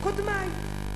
קודמי.